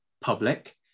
public